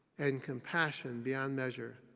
and compassion beyond measure.